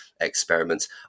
experiments